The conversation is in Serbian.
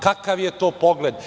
Kakav je to pogled?